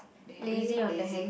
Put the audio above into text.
maybe lazy